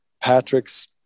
Patrick's